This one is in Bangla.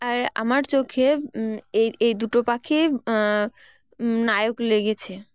আর আমার চোখে এই এই দুটো পাখি আম নায়ক লেগেছে